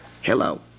Hello